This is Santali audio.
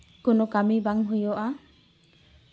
ᱠᱳᱱᱳ ᱠᱟᱹᱢᱤ ᱵᱟᱝ ᱦᱩᱭᱩᱜᱼᱟ